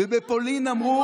בפולין אמרו,